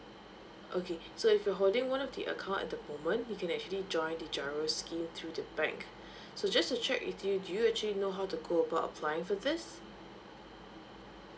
okay so if you're holding one of the account at the moment you can actually join the giro scheme through the bank so just to check with you do you actually know how to go about applying for this